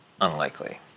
Unlikely